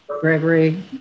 Gregory